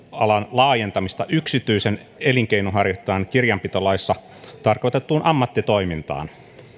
laajentamista yksityisen elinkeinonharjoittajan kirjanpitolaissa tarkoitettuun ammattitoimintaan